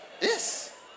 Yes